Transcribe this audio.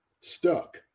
stuck